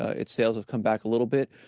ah its sales have come back a little bit.